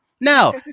Now